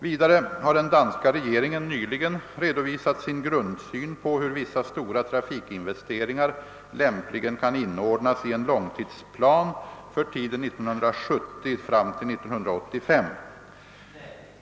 Vidare har den danska regeringen nyligen redovisat sin grundsyn på hur vissa stora trafikinvesteringar lämpligen kan inordnas i en långtidsplan för tiden 1970—1985.